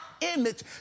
image